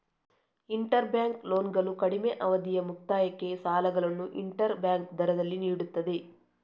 inter bank ಲೋನ್ಗಳು ಕಡಿಮೆ ಅವಧಿಯ ಮುಕ್ತಾಯಕ್ಕೆ ಸಾಲಗಳನ್ನು ಇಂಟರ್ ಬ್ಯಾಂಕ್ ದರದಲ್ಲಿ ನೀಡುತ್ತದೆ